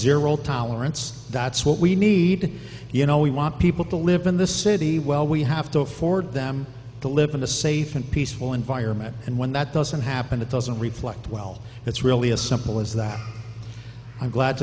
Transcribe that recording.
zero tolerance that's what we need you know we want people to live in the city well we have to afford them to live in a safe and peaceful environment and when that doesn't happen that doesn't reflect well it's really as simple as that i'm glad